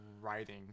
writing